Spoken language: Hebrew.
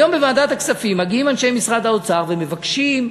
היום בוועדת הכספים מגיעים אנשי משרד האוצר ומבקשים,